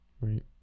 right